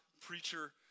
preacher